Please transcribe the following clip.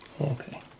Okay